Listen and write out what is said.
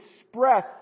express